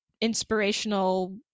inspirational